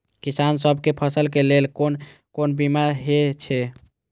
किसान सब के फसल के लेल कोन कोन बीमा हे छे?